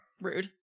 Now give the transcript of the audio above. Rude